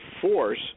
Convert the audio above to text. force